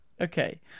Okay